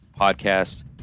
podcast